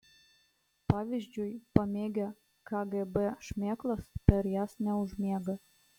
pavyzdžiui pamėgę kgb šmėklas per jas neužmiega